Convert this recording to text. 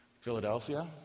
Philadelphia